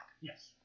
Yes